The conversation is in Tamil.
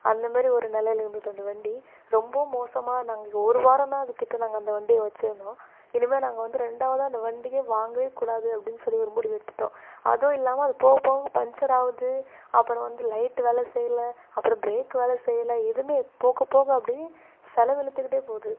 அந்த மாரி ஒரு நிலையில இருந்தது அந்த வண்டி ரொம்ப மோசமாக நாங்கள் ஒரு வாரம் தான் அது கிட்ட நாங்கள் அந்த வண்டியை வச்சிருந்தோம் இனிமேல் நாங்கள் வந்து ரெண்டாவதாக அந்த வண்டியை வாங்கவே கூடாது அப்படின் சொல்லி ஒரு முடிவு எடுத்துட்டோம் அதுவும் இல்லாமல் அது போக போக பஞ்சர் ஆகுது அப்புறம் வந்து லைட் வேலை செய்யலை அப்புறம் ப்ரேக் வேலை செய்யலை எதுவுமே போகப்போக அப்படியே செலவு இழுத்துக்கிட்டே போகுது